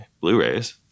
Blu-rays